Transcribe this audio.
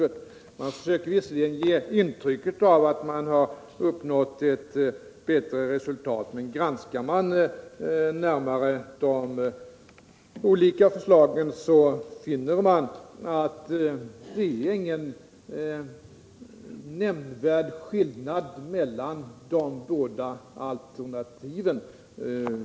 Visserligen försöker man ge intryck av att man har uppnått ett bättre resultat, men granskar vi närmare de olika förslagen finner vi att det är ingen nämnvärd skillnad mellan de båda alternativen.